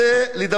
על דבר אחד,